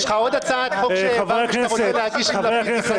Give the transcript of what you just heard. יש לך עוד הצעת חוק שהבנתי שאתה רוצה להגיש --- אם אתה